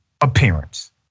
appearance